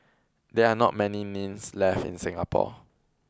there are not many kilns left in Singapore